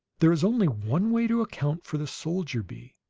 there is only one way to account for the soldier bee.